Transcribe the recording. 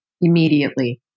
immediately